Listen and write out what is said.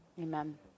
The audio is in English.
amen